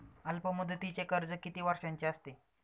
अल्पमुदतीचे कर्ज किती वर्षांचे असते?